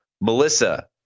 Melissa